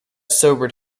sobered